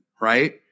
right